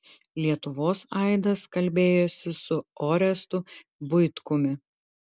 lietuvos aidas kalbėjosi su orestu buitkumi